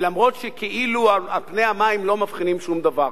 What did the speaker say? ואף שכאילו על פני המים לא מבחינים בשום דבר,